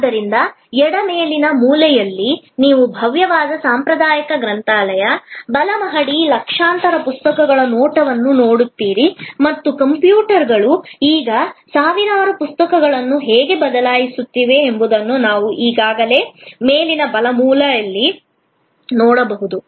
ಆದ್ದರಿಂದ ಎಡ ಮೇಲಿನ ಮೂಲೆಯಲ್ಲಿ ನೀವು ಭವ್ಯವಾದ ಸಾಂಪ್ರದಾಯಿಕ ಗ್ರಂಥಾಲಯ ಬಹುಮಹಡಿ ಲಕ್ಷಾಂತರ ಪುಸ್ತಕಗಳ ನೋಟವನ್ನು ನೋಡುತ್ತೀರಿ ಮತ್ತು ಕಂಪ್ಯೂಟರ್ಗಳು ಈಗ ಸಾವಿರಾರು ಪುಸ್ತಕಗಳನ್ನು ಹೇಗೆ ಬದಲಾಯಿಸುತ್ತಿವೆ ಎಂಬುದನ್ನು ನಾವು ಈಗಾಗಲೇ ಮೇಲಿನ ಬಲ ಮೂಲೆಯಲ್ಲಿ ನೋಡಬಹುದು